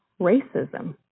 racism